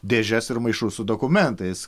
dėžes ir maišus su dokumentais